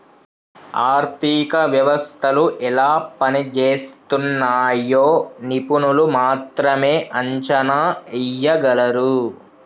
ఆర్థిక వ్యవస్థలు ఎలా పనిజేస్తున్నయ్యో నిపుణులు మాత్రమే అంచనా ఎయ్యగలరు